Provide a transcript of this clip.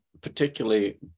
particularly